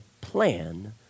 plan